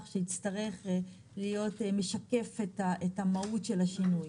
שיצטרך להיות משקף את המהות של השינוי.